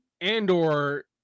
Andor